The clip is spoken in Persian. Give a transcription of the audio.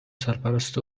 سرپرست